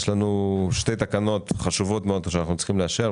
יש שתי תקנות חשובות מאוד שאנחנו צריכים לאשר,